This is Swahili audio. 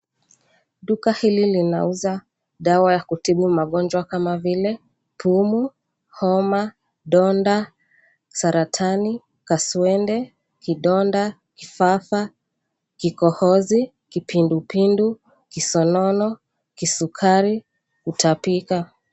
Duka hili linauza dawa ya kutibu magonjwa kama vile; pumu, homa, donda, saratani, kaswende, kidonda, kifafa, kikohozi, kipindupindu, kisonono, kisukari, kutapika.